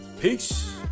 Peace